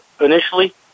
initially